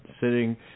sitting